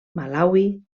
malawi